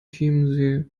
chiemsee